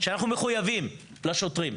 שאנחנו מחויבים לשוטרים.